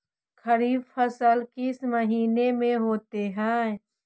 खरिफ फसल किस महीने में होते हैं?